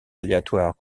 aléatoires